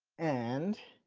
and